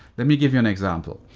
let me give you an example.